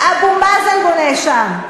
אבו מאזן בונה שם.